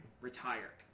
retire